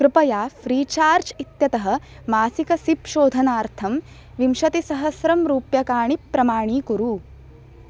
कृपया free charge इत्यतः मासिक सिप् शोधनार्थं विंशतिसहस्रं रूप्यकाणि प्रमाणीकुरु